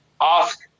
Ask